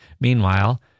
Meanwhile